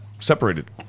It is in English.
separated